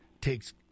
Takes